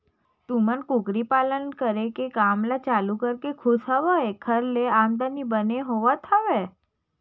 तुमन कुकरी पालन करे के काम ल चालू करके खुस हव ऐखर ले आमदानी बने होवत हवय?